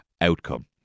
outcome